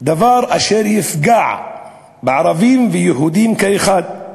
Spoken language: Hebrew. דבר אשר יפגע בערבים ויהודים כאחד.